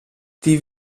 die